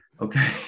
Okay